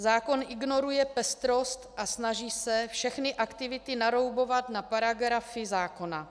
Zákon ignoruje pestrost a snaží se všechny aktivity naroubovat na paragrafy zákona.